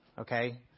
okay